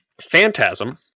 Phantasm